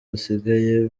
basigaye